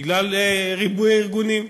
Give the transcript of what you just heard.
בגלל ריבוי הארגונים.